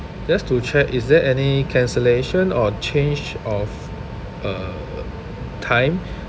just to check is there any cancellation or change of uh time